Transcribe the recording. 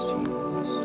Jesus